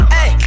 Hey